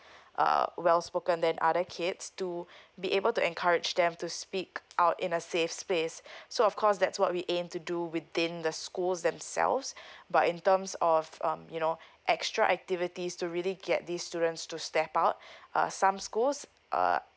uh well spoken than other kids to be able to encourage them to speak out in a safe space so of course that's what we aim to do within the schools themselves but in terms of um you know extra activities to really get these students to step out uh some schools uh